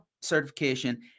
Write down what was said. certification